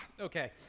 okay